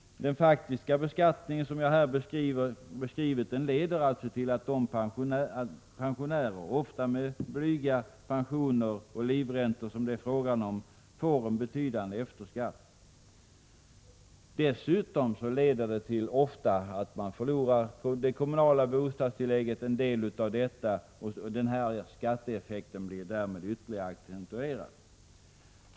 Den faktiska beskattning som jag här beskrivit leder alltså till att pensionärer, ofta med blygsamma pensioner och livräntor, får en betydande efterskatt. Dessutom leder det ofta till att man förlorar en del av det kommunala bostadstillägget, och därmed accentueras skatteeffekten ytterligare.